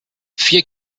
vier